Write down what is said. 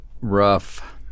rough